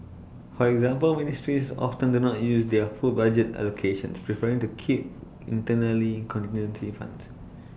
for example ministries often do not use their full budget allocations preferring to keep internally contingency funds